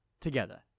together